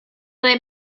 lay